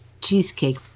cheesecake